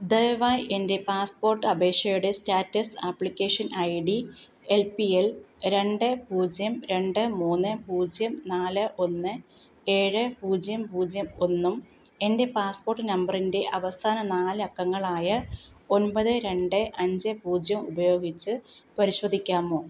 ദയവായി എൻ്റെ പാസ്പോർട്ട് അപേക്ഷയുടെ status application I D L P L രണ്ട് പൂജ്യം രണ്ട് മൂന്ന് പൂജ്യം നാല് ഒന്ന് ഏഴ് പൂജ്യം പൂജ്യം ഒന്നും എൻ്റെ പാസ്പോർട്ട് നമ്പറിൻ്റെ അവസാന നാല് അക്കങ്ങളായ ഒമ്പത് രണ്ട് അഞ്ച് പൂജ്യം ഉപയോഗിച്ചു പരിശോധിക്കാമോ